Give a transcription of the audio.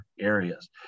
areas